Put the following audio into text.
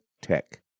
Tech